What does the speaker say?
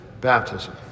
baptism